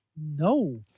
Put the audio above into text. no